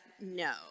no